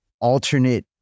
alternate